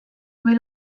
või